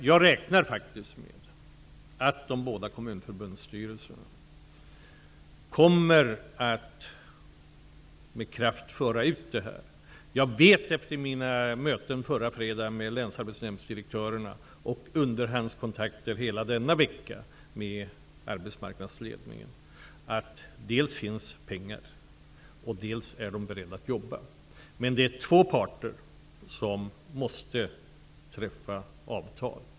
Jag räknar faktiskt med att de båda kommunförbundsstyrelserna kommer att med kraft föra ut detta. Jag vet efter mina möten förra fredagen med länsarbetsnämndsdirektörerna och underhandskontakter hela denna vecka med arbetsmarknadsledningen dels att det finns pengar, dels att de är beredda att jobba. Men det är två parter som måste träffa avtal.